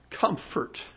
comfort